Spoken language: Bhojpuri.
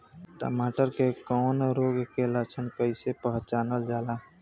टमाटर मे कवक रोग के लक्षण कइसे पहचानल जाला?